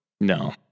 No